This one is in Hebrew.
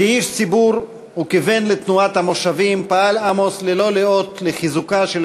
כאיש ציבור וכבן לתנועת המושבים פעל עמוס ללא לאות לחיזוקה של